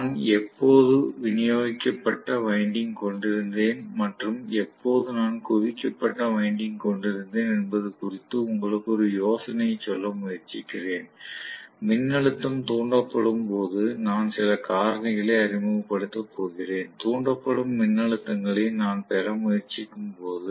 நான் எப்போது விநியோகிக்கப்பட்ட வைண்டிங் கொண்டிருந்தேன் மற்றும் எப்போது நான் குவிக்கப்பட்ட வைண்டிங் கொண்டிருந்தேன் என்பது குறித்து உங்களுக்கு ஒரு யோசனையை சொல்ல முயற்சிக்கிறேன் மின்னழுத்தம் தூண்டப்படும்போது நான் சில காரணிகளை அறிமுகப்படுத்தப் போகிறேன் தூண்டப்படும் மின்னழுத்தங்களை நான் பெற முயற்சிக்கும் போது